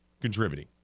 contributing